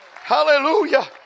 Hallelujah